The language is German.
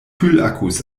kühlakkus